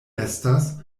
estas